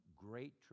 great